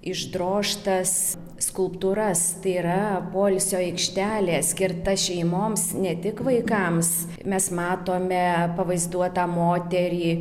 išdrožtas skulptūras tai yra poilsio aikštelė skirta šeimoms ne tik vaikams mes matome pavaizduotą moterį